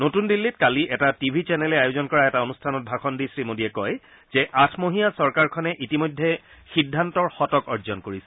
নতূন দিল্লীত কালি এটা টিভি চেনেলে আয়োজন কৰা এটা অনুষ্ঠানত ভাষণ দি শ্ৰীমোডীয়ে কয় যে আঠমহীয়া চৰকাৰখনে ইতিমধ্যে সিদ্ধান্তৰ শতক অৰ্জন কৰিছে